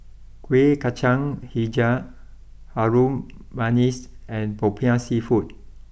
Kuih Kacang Hijau Harum Manis and Popiah Seafood